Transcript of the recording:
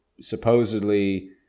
supposedly